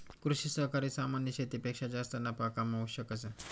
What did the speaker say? कृषि सहकारी सामान्य शेतीपेक्षा जास्त नफा कमावू शकस